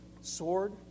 sword